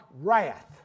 wrath